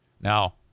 now